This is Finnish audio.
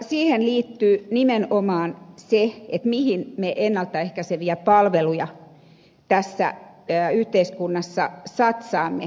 siihen liittyy nimenomaan se mihin me ennaltaehkäiseviä palveluja tässä yhteiskunnassa satsaamme